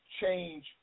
change